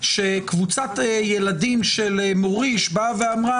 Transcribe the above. שקבוצת ילדים של המוריש באה ואמרה,